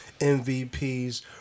MVPs